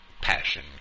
passion